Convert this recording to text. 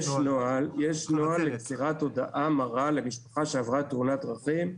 יש נוהל מסירת הודעה מרה למשפחה שעברה תאונת דרכים,